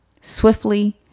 swiftly